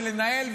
לנהל,